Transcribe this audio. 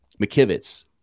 McKivitz